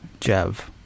Jev